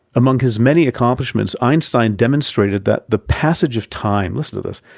among his many accomplishments, einstein demonstrated that the passage of time, listen to this,